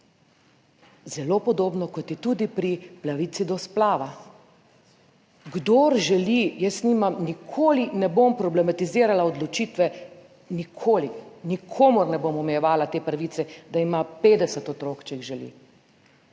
zelo podobno kot je tudi pri pravici do splava. Kdor želi, nikoli ne bom problematizirala odločitve nikoli, nikomur ne bom omejevala te pravice, da ima 50 otrok, če jih želi.